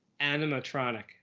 Animatronic